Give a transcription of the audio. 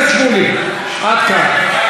חבר הכנסת שמולי, מספיק.